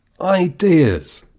ideas